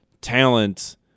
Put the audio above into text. talent